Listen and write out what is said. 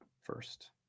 first